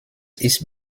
ist